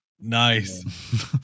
nice